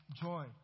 joy